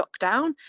lockdown